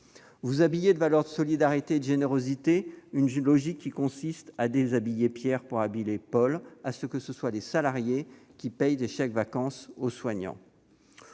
Vous habillez de valeurs de solidarité et de générosité une logique consistant à déshabiller Pierre pour habiller Paul, puisque vous demandez aux salariés de payer des chèques-vacances aux soignants.